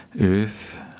earth